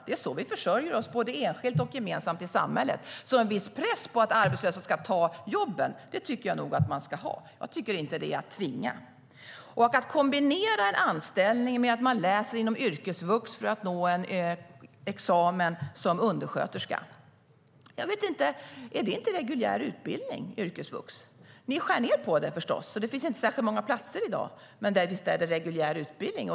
Det är så vi försörjer oss både enskilt och gemensamt i samhället. En viss press på att arbetslösa ska ta jobben ska finnas. Det är inte att tvinga. Att kombinera en anställning med att läsa inom yrkesvux för att nå en examen som undersköterska, är inte det reguljär utbildning? Ni skär förstås ned på den. Det finns inte särskilt många platser i dag. Men visst är det reguljär utbildning.